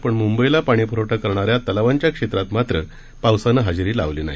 परंतू मुंबईला पाणीपूरवठा करणाऱ्या तलावांच्या क्षेत्रात मात्र पावसाने हजेरी लावली नाही